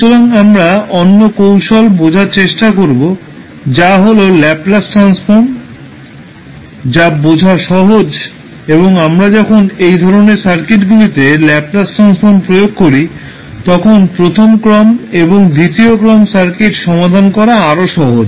সুতরাং আমরা অন্য কৌশল বোঝার চেষ্টা করব যা হল ল্যাপলাস ট্রান্সফর্ম যা বোঝা সহজ এবং আমরা যখন এই ধরণের সার্কিটগুলিতে ল্যাপলাস ট্রান্সফর্ম প্রয়োগ করি তখন প্রথম ক্রম এবং দ্বিতীয় ক্রম সার্কিট সমাধান করা আরও সহজ